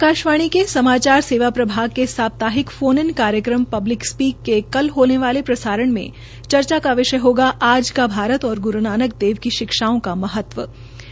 आकाशवाणी के समाचार सेवा प्रभाग के साप्तहिक फोन इन कार्यक्रम पब्लिक स्पीक का कल होने वाले प्रसारण में चर्चा का विषय हगा आज का भारत और ग्रू नानक देव की शिक्षाओं का महत्व